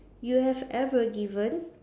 you have ever given